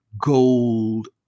gold